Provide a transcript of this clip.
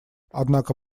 однако